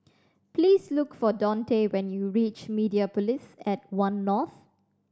please look for Donte when you reach Mediapolis at One North